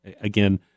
again